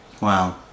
Wow